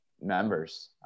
members